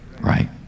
Right